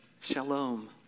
shalom